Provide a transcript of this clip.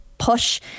push